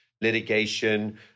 litigation